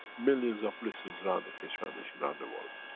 millions of listeners around the keshe foundation around the world,